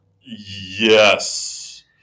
Yes